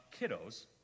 kiddos